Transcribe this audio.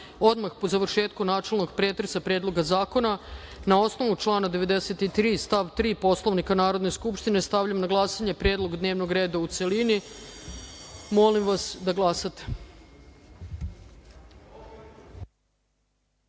odmah po završetku načelnog pretresa predloga zakona, na osnovu člana 93. stav 3. Poslovnika Narodne skupštine, stavljam na glasanje predlog dnevnog reda u celini. Molim vas da